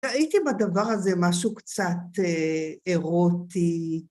ראיתי בדבר הזה משהו קצת אירוטי.